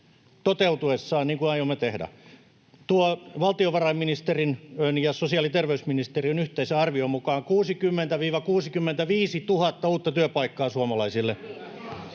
toteutuessaan, niin kuin aiomme tehdä, tuo valtiovarainministeriön ja sosiaali- ja terveysministeriön yhteisen arvion mukaan 60 000–65 000 uutta työpaikkaa suomalaisille